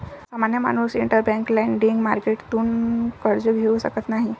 सामान्य माणूस interbank lending मार्केटतून कर्ज घेऊ शकत नाही